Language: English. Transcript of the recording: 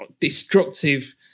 destructive